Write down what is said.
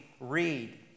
Read